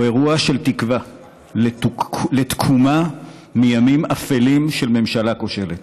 הוא אירוע של תקווה לתקומה מימים אפלים של ממשלה כושלת,